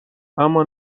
اما